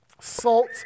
salt